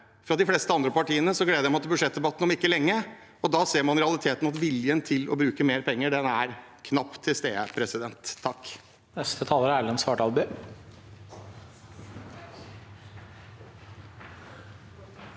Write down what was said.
for de fleste andre partiene gleder jeg meg til budsjettdebatten om ikke lenge, og da ser man at realiteten er at viljen til å bruke mer penger knapt er til stede. Presidenten